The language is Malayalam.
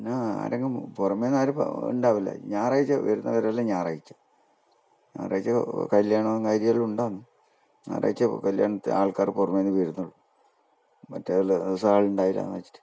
പിന്ന ആരെങ്ങും പുറമേ നിന്ന് ആരും ഉണ്ടാവില്ല ഞായറാഴ്ച്ച വരുന്നവരെല്ലാം ഞായറാഴ്ച്ച ഞായറാഴ്ച്ച കല്യാണവും കാര്യമെല്ലാം ഉണ്ടാകും ഞായറാഴ്ച്ച കല്യാണത്തിന് ആൾക്കാർ പുറമേ നിന്ന് വരുന്നുള്ളു മറ്റേ ദിവസം ആൾ ഉണ്ടകില്ലെന്ന് വച്ചിട്ട്